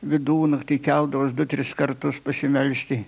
vidunaktį keldavosi du tris kartus pasimelsti